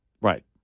Right